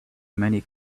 many